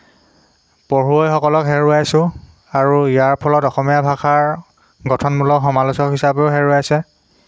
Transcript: পঢ়ুৱৈসকলক হেৰুইৱাইছোঁ আৰু ইয়াৰ ফলত অসমীয়া ভাষাৰ গঠনমূলক সমালোচক হিচাপেও হেৰুৱাইছে